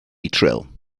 trill